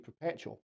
perpetual